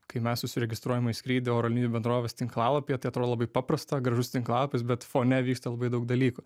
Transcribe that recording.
kai mes užsiregistruojam į skrydį oro linijų bendrovės tinklalapyje tai atrodo labai paprasta gražus tinklalapis bet fone vyksta labai daug dalykų